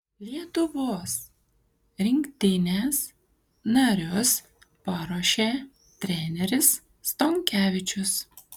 lietuvos rinktinės narius paruošė treneris stonkevičius